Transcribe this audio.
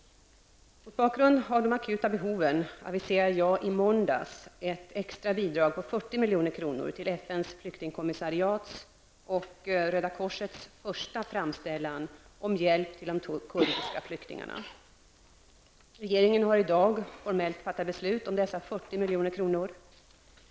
Mot bakgrund av de akuta behoven aviserade jag i måndags ett extra bidrag på 40 milj.kr. till FNs flyktingkommissariats och Röda korsets första framställan om hjälp till de kurdiska flyktingarna. Regeringen har i dag fattat formellt beslut om dessa 40 milj.kr.